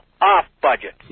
off-budget